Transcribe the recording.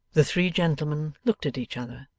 the three gentlemen looked at each other,